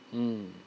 mm